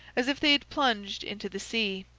as if they had plunged into the sea.